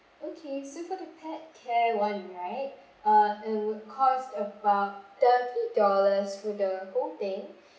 okay so for the pet care [one] right uh it will cost about thirty dollars for the whole thing